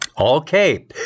Okay